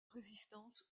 résistance